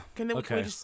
Okay